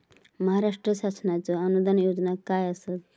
महाराष्ट्र शासनाचो अनुदान योजना काय आसत?